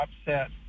upset